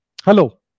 Hello